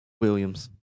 Williams